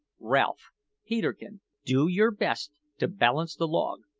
ralph peterkin do your best to balance the log.